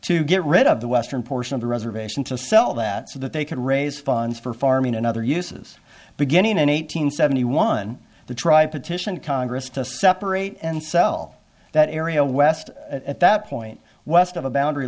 to get rid of the western portion of the reservation to sell that so that they could raise funds for farming and other uses beginning and eight hundred seventy one the tribe petition congress to separate and sell that area west at that point west of a boundar